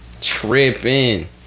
tripping